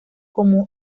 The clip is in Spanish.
como